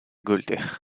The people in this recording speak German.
gültig